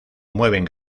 mueven